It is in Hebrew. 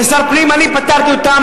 כשר פנים אני פטרתי אותם,